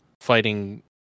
fighting